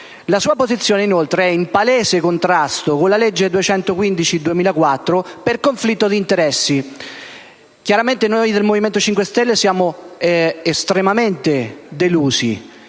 La sua posizione, inoltre, è in palese contrasto con la legge n. 215 del 2004 per conflitto di interessi. Chiaramente, noi del Movimento 5 Stelle siamo estremamente delusi.